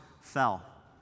fell